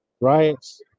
riots